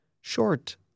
short